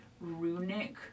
runic